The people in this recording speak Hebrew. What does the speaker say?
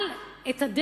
אבל את הדרך,